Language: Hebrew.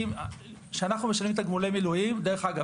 כשאנחנו משלמים תגמולי מילואים דרך אגב,